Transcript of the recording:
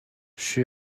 she